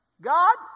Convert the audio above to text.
God